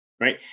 right